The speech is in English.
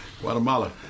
Guatemala